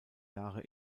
jahre